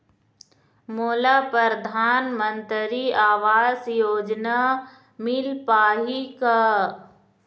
मोला परधानमंतरी आवास योजना मिल पाही का?